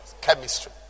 Chemistry